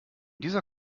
dieser